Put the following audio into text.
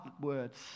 words